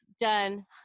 Done